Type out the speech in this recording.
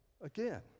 again